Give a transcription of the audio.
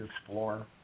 explore